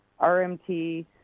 RMT